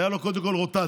הייתה לו קודם כול רוטציה.